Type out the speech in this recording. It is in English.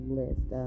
list